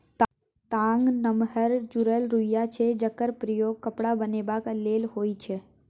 ताग नमहर जुरल रुइया छै जकर प्रयोग कपड़ा बनेबाक लेल होइ छै